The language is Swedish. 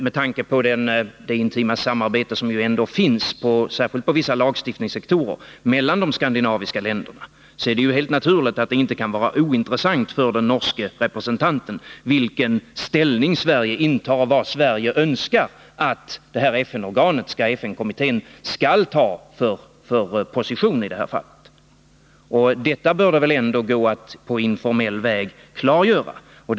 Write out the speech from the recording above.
Med tanke på det intima samarbete som ändå finns mellan de skandinaviska länderna, särskilt på vissa lagstiftningssektorer, är det helt naturligt att det inte kan vara ointressant för den norske representanten vilken ställning Sverige intar, vad Sverige önskar att FN-kommittén skall inta för position i det här fallet. Det bör väl ändå gå att på informell väg klargöra detta.